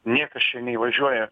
niekas čia neįvažiuoja